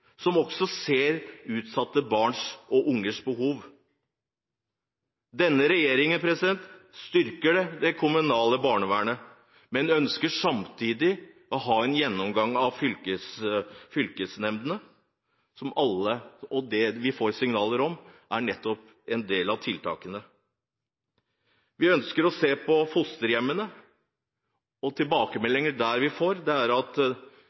som også gjør at man ser utsatte barns behov. Denne regjeringen styrker det kommunale barnevernet, men ønsker samtidig å ha en gjennomgang av fylkesnemndene. Det vi får signaler om, er nettopp en del av tiltakene. Vi ønsker å se på fosterhjemmene, og tilbakemeldinger vi får der, er at